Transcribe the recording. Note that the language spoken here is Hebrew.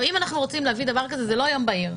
אם אנחנו רוצים להביא דבר כזה, זה לא ביום בהיר.